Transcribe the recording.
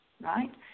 right